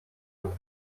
und